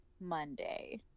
Monday